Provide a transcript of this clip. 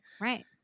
Right